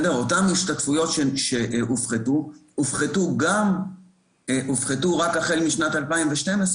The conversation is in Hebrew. אותן השתתפויות שהופחתו - הופחתו רק החל משנת 2012,